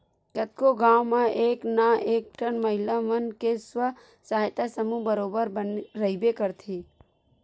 कतको गाँव म एक ना एक ठन महिला मन के स्व सहायता समूह बरोबर रहिबे करथे